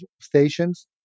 stations